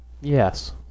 Yes